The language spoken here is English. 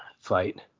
fight